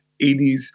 80s